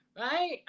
right